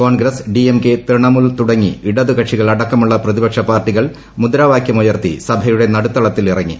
കോൺഗ്രസ് ഡിഎംകെ തൃണമൂൽ തുടങ്ങി ഇടതു കക്ഷികൾ അടക്കമുള്ള പ്രതിപക്ഷ പാർട്ടികൾ മുദ്രാവാക്യമുയർത്തി സഭയുടെ നടുത്തളത്തിൽ ഇറങ്ങി